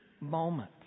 moment